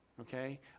Okay